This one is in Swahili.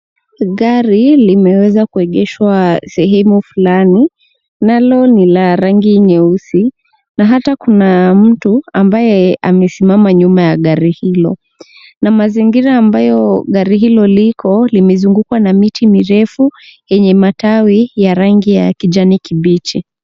Gari limeweza kuegeshwa sehemu fulani nalo ni la rangi nyeusi na hata kuna mtu ambaye amesimama nyuma ya gari hilo na mazingira ambayo gari hilo liko limezungukwa na miti mirefu yenye matawi ya rangi ya kijani kibichi.